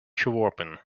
geworpen